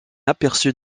aperçu